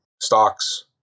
Stocks